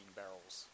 barrels